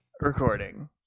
recording